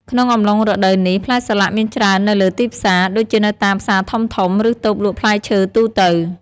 ក្នុងអំឡុងរដូវនេះ ផ្លែសាឡាក់មានច្រើននៅលើទីផ្សារ ដូចជានៅតាមផ្សារធំៗ ឬតូបលក់ផ្លែឈើទូទៅ